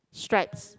stripes